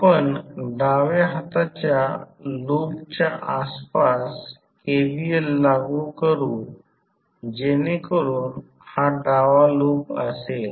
आपण डाव्या हाताच्या लूपच्या आसपास KVL लागू करू जेणेकरून हा डावा लूप असेल